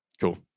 Cool